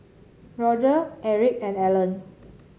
Roger Erick and Ellen